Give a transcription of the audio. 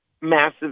massive